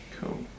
Cool